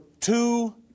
two